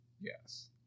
Yes